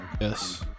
Yes